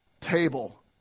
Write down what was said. table